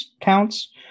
counts